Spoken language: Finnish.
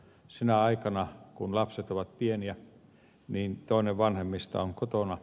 sinä aikana kun lapset ovat pieniä toinen vanhemmista on kotona